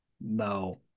No